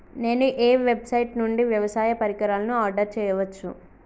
నేను ఏ వెబ్సైట్ నుండి వ్యవసాయ పరికరాలను ఆర్డర్ చేయవచ్చు?